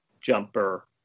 jumper